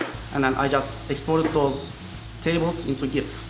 and then i just exported those tables into gif.